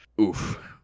Oof